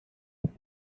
hat